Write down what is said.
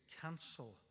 cancel